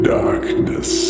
darkness